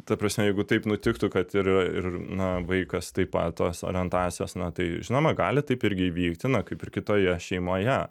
ta prasme jeigu taip nutiktų kad ir ir na vaikas taip pat tos orientacijos na tai žinoma gali taip irgi įvykti na kaip ir kitoje šeimoje